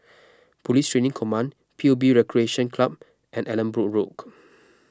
Police Training Command P U B Recreation Club and Allanbrooke Road